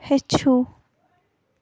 ہیٚچھُو